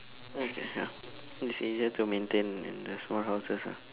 okay ya it's easier to maintain in the small houses ah